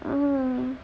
mmhmm